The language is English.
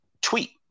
tweet